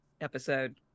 episode